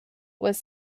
was